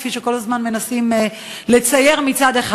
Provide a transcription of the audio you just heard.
כפי שכל הזמן מנסים לצייר מצד אחד,